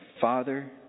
Father